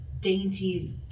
dainty